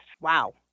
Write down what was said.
Wow